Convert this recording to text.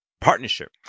partnership